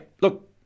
look